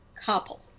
couple